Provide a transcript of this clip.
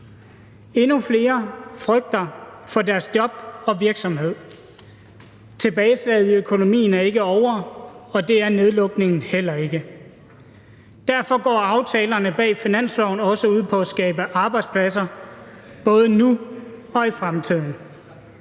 Endnu flere frygter for deres job og virksomhed. Tilbageslaget i økonomien er ikke ovre, og det er nedlukningen heller ikke. Derfor går aftalerne bag finansloven også ud på at skabe arbejdspladser både nu og i fremtiden.